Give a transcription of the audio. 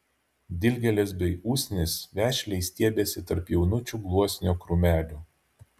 dilgėlės bei usnys vešliai stiebėsi tarp jaunučių gluosnio krūmelių